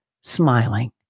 smiling